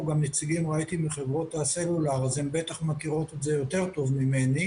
נציגים מחברות הסלולר שמכירים את זה טוב ממני